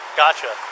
gotcha